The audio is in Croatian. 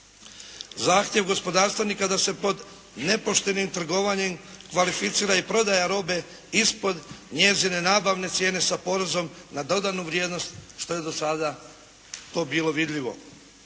Zahtjev gospodarstvenika da se pod nepoštenim trgovanjem kvalificira i prodaja robe ispod njezine nabavne cijene sa porezom na dodanu vrijednost što je do sada to bilo vidljivo.